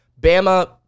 Bama